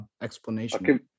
explanation